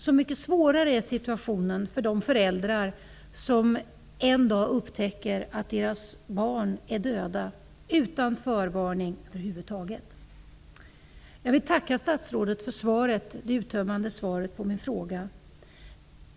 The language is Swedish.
Så mycket svårare är situationen för de föräldrar som en dag upptäcker att deras barn har dött utan någon förvarning över huvud taget. Jag vill tacka statsrådet för det uttömmande svaret på min fråga.